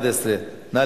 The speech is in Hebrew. ואחרון חביב, תודה